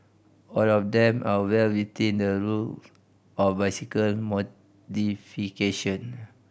all of them are well within the rule of bicycle modification